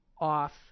off